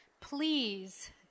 please